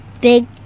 Big